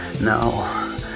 No